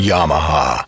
Yamaha